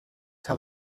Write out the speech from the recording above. tell